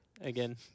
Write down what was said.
again